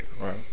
right